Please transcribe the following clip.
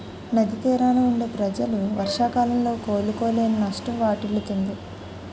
నది తీరాన వుండే ప్రజలు వర్షాకాలంలో కోలుకోలేని నష్టం వాటిల్లుతుంది